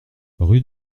rue